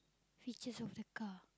features of the car